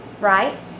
right